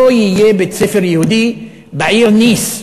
לא יהיה בית-ספר יהודי בעיר ניס,